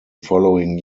following